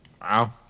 Wow